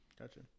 Gotcha